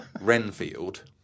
Renfield